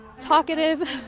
talkative